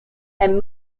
and